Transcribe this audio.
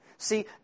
See